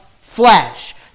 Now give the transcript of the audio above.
flesh